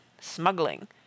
Smuggling